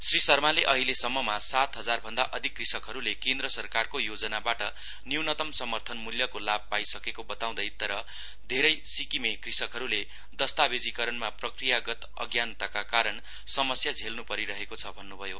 श्री शर्माले अहिलेसम्ममा सात हजारभन्दा अधिक कृषकहरूले केन्द्र सरकारको योजनाबाट न्यूनतम समर्थन मूल्यको लाभ पाइसकेको बताउँदै तर धेरै सिक्किमे कृषकहरूले दस्तावेजीकरणमा प्रक्रियागत अज्ञानताका कारण समस्या झेल्नुपरिरहेको छ भन्नभयो